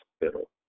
hospital